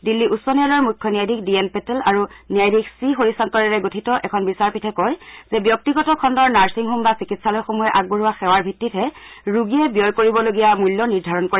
দিল্লী উচ্চ ন্যায়ালয়ৰ মুখ্য ন্যায়াধীশ ডি এন পেটেল আৰু ন্যায়াধীশ চি হৰিশংকৰেৰে গঠিত এখন বিচাৰপীঠে কয় যে ব্যক্তিগত খণ্ডৰ নাৰ্ছিংহোম বা চিকিৎসালয়সমূহে আগবঢ়োৱা সেৱাৰ ভিত্তিতহে মূল্য নিৰ্ধাৰণ কৰে